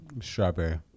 Strawberry